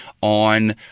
on